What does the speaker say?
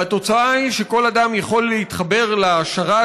והתוצאה היא שכל אדם יכול להתחבר לשרת